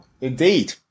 Indeed